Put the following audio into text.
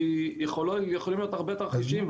כי יכולים להיות הרבה תרחישים,